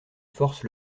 force